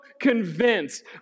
convinced